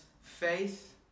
faith